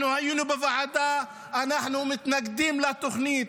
אנחנו היינו בוועדה, אנחנו מתנגדים לתוכנית.